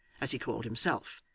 as he called himself,